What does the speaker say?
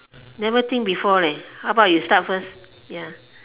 never think before how about you start first ya